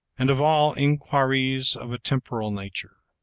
and of all inquiries of a temporal nature,